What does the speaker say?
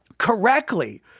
correctly